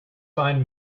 find